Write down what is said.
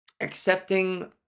accepting